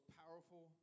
powerful